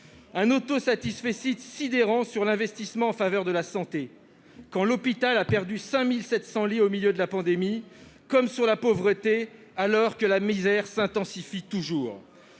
de la République est sidérant : sur l'investissement en faveur de la santé, quand l'hôpital a perdu 5 700 lits au milieu de la pandémie ; comme sur la pauvreté, alors que la misère s'intensifie toujours.